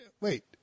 wait